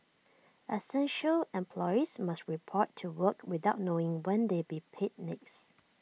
essential employees must report to work without knowing when they'll be paid next